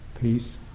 peace